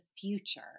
future